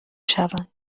شوند